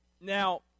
Now